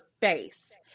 face